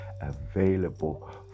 available